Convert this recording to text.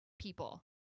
people